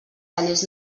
tallers